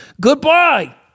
Goodbye